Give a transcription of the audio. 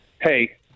hey